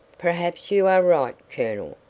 perhaps you are right, colonel,